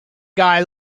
guy